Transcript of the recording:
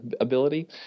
ability